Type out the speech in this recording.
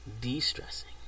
de-stressing